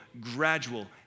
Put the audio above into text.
gradual